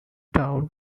town